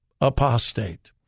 apostate